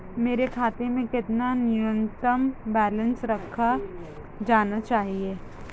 मेरे खाते में कितना न्यूनतम बैलेंस रखा जाना चाहिए?